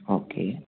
okay